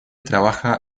trabaja